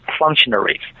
functionaries